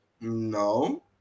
No